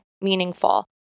meaningful